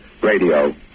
radio